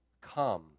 come